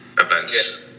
events